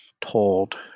told